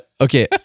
Okay